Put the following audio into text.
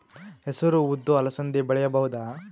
ಹೆಸರು ಉದ್ದು ಅಲಸಂದೆ ಬೆಳೆಯಬಹುದಾ?